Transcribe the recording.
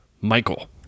Michael